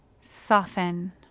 soften